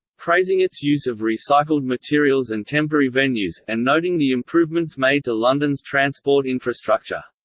praising its use of recycled materials and temporary venues, and noting the improvements made to london's transport infrastructure.